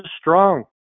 strong